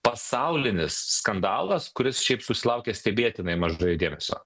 pasaulinis skandalas kuris šiaip susilaukė stebėtinai mažai dėmesio